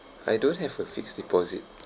I don't have a fixed deposit